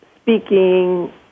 speaking